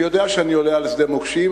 אני יודע שאני עולה על שדה מוקשים,